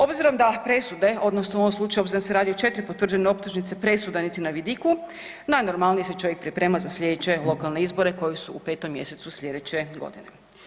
Obzirom da presude odnosno u ovom slučaju obzirom da se radi o 4 potvrđene optužnice, presuda niti na vidiku, najnormalnije se čovjek priprema za slijedeće lokalne izbore koji su u 5. mjesecu slijedeće godine.